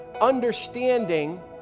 understanding